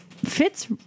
Fits